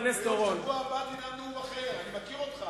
בשבוע הבא תנאם נאום אחר, אני מכיר אותך.